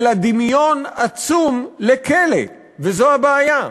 אלא יש דמיון עצום לכלא, וזו הבעיה.